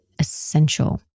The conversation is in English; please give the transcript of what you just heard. essential